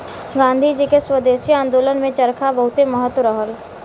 गांधी जी के स्वदेशी आन्दोलन में चरखा बहुते महत्व रहल